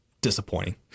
disappointing